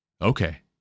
Okay